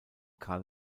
karl